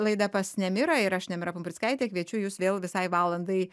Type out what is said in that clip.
laida pas nemirą ir aš nemira pumprickaitė kviečiu jus vėl visai valandai